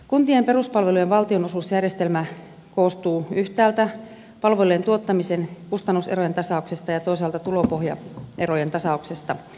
kuntien peruspalvelujen valtionosuusjärjestelmä koostuu yhtäältä palvelujen tuottamisen kustannuserojen tasauksesta ja toisaalta tulopohjaerojen tasauksesta